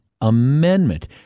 Amendment